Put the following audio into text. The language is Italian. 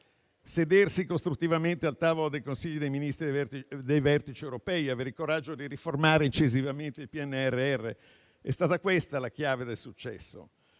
Sedersi costruttivamente al tavolo dei Consigli dei ministri dei vertici europei e avere il coraggio di riformare incisivamente il PNRR: è stata questa la chiave del successo.